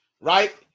Right